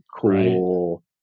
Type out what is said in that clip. cool